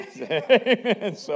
Amen